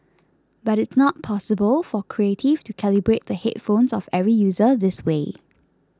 but it's not possible for Creative to calibrate the headphones of every user this way